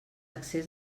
accés